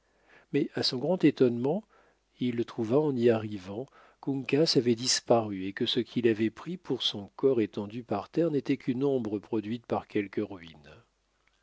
mais à son grand étonnement il trouva en y arrivant qu'uncas avait disparu et que ce qu'il avait pris pour son corps étendu par terre n'était qu'une ombre produite par quelques ruines